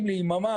ונוכל לקלוט